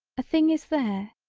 a thing is there,